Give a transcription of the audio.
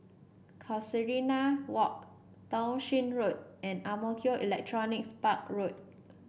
Casuarina Walk Townshend Road and Ang Mo Kio Electronics Park Road